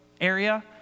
area